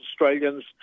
Australians